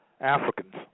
Africans